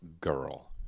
girl